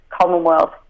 Commonwealth